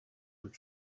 with